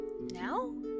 now